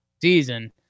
season